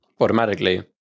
Automatically